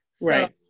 right